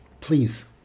Please